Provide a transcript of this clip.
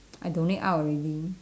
I donate out already